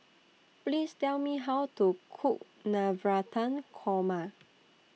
Please Tell Me How to Cook Navratan Korma